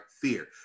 fear